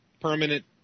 permanent